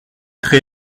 très